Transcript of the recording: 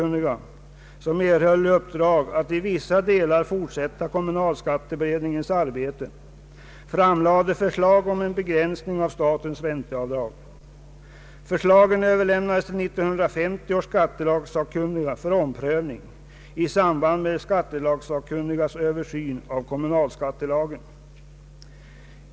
niga för omprövning i samband med skattelagssakkunnigas översyn av kommunalskattelagen.